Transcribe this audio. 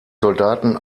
soldaten